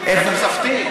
התוספתי,